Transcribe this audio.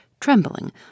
trembling